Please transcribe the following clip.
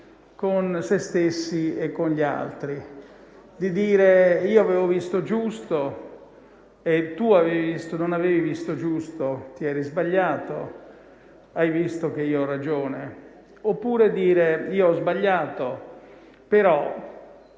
con se stessi e con gli altri, e di dire: «io avevo visto giusto, tu non avevi visto giusto, ti eri sbagliato; hai visto che io ho ragione?». Oppure dire: «io ho sbagliato però